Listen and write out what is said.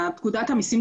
מסכימים,